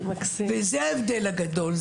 וזה ההבדל הגדול,